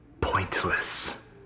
Pointless